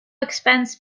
expense